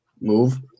move